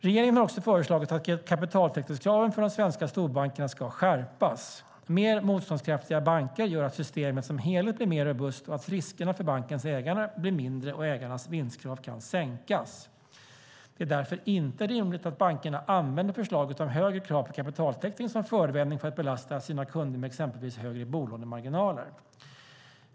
Regeringen har också föreslagit att kapitaltäckningskraven för de svenska storbankerna ska skärpas. Mer motståndskraftiga banker gör att systemet som helhet blir mer robust och att riskerna för bankernas ägare blir mindre och ägarnas vinstkrav kan sänkas. Det är därmed inte rimligt att bankerna använder förslaget om högre krav på kapitaltäckning som förevändning för att belasta sina kunder med exempelvis högre bolånemarginaler.